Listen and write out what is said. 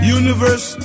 universe